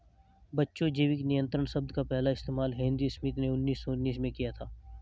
बच्चों जैविक नियंत्रण शब्द का पहला इस्तेमाल हेनरी स्मिथ ने उन्नीस सौ उन्नीस में किया था